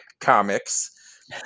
comics